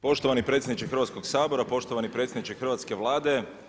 Poštovani predsjedniče Hrvatskog sabora, poštovani predsjedniče Hrvatske vlade.